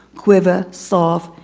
quiver, soft,